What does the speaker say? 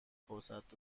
فرصت